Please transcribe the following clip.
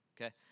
Okay